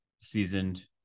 seasoned